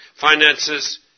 Finances